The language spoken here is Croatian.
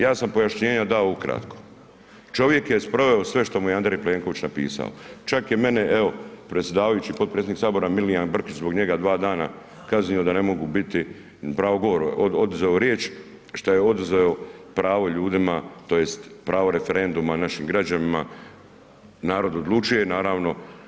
Ja sam pojašnjenja dao ukratko, čovjek je sproveo sve što mu je Andrej Plenković napisao, čak je mene evo predsjedavajući potpredsjednik sabora Milijan Brkić zbog njega dva dana kaznio da ne mogu biti u, pravo govora oduzeo riječ, šta je oduzeo pravo ljudima tj. pravo referenduma našim građanima, narod odlučuje, naravno.